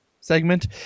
segment